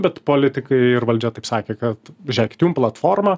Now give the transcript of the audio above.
bet politikai ir valdžia taip sakė kad žėkit jum platforma